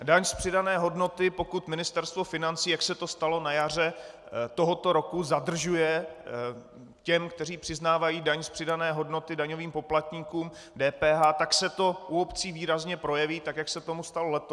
Daň z přidané hodnoty, pokud Ministerstvo financí, jak se to stalo na jaře tohoto roku, zadržuje těm, kteří přiznávají daň z přidané hodnoty, daňovým poplatníkům, DPH, tak se to u obcí výrazně projeví, tak jak se tomu stalo letos.